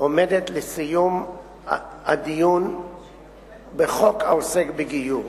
עומדת לקראת סיום הדיון בחוק העוסק בגיור.